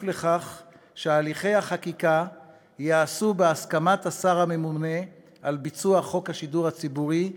שהליכי החקיקה ייעשו בהסכמת השר הממונה על ביצוע חוק השידור הציבורי,